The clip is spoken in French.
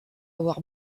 avoir